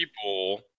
people